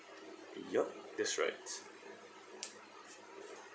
yup that's right